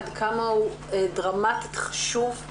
עד כמה הוא דרמטי וחשוב.